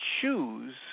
choose